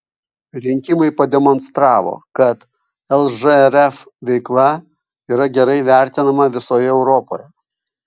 rinkimai pademonstravo kad lžrf veikla yra gerai vertinama visoje europoje